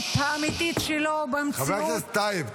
האמיתית שלו במציאות -- חבר הכנסת טייב,